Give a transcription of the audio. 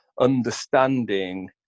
understanding